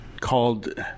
called